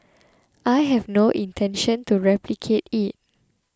I have no intention to replicate it